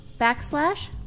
backslash